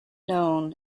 known